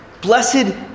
Blessed